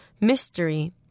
mystery